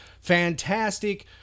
fantastic